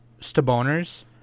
Staboners